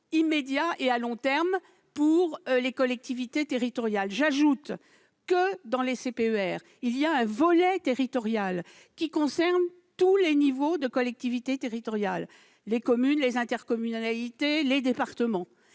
immédiate et à long terme, pour les collectivités territoriales. J'ajoute que les CPER comprennent un volet territorial qui concerne tous les niveaux de collectivités : les communes, les intercommunalités, les départements.